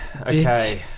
Okay